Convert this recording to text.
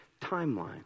timeline